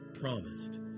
Promised